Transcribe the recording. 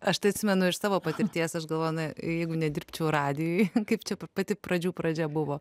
aš tai atsimenu iš savo patirties aš galvoju na jeigu nedirbčiau radijuj kaip čia pati pradžių pradžia buvo